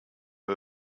are